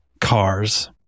cars